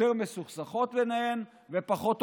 יותר מסוכסכות ביניהן ופחות הומוגניות.